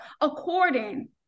according